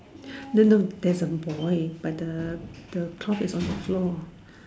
then don't there's a boy but the the cloth is on the floor